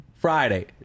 friday